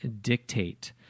dictate